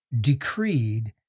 decreed